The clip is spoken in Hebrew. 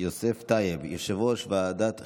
יוסף טייב, יושב-ראש ועדת החינוך,